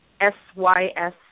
S-Y-S